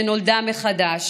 שנולדה מחדש,